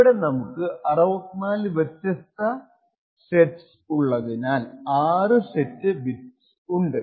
ഇവിടെ നമുക്ക് 64 വ്യത്യസ്ത സെറ്റ്സ് ഉള്ളതിനാൽ 6 സെറ്റ് ബിറ്റ്സ് ഉണ്ട്